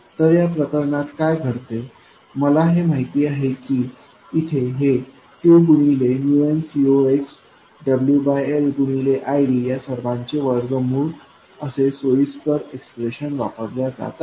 तर या प्रकरणात काय घडते मला हे माहित आहे की या इथे हे 2 गुणिले nCoxwL गुणिले ID या सर्वांचे वर्गमूळ असे सोयीस्कर एक्सप्रेशन वापरल्या जात आहे